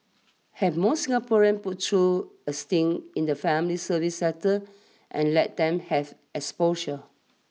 have more Singaporeans put through a stint in the family service sector and let them have exposure